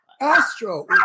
Astro